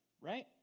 right